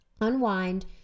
Unwind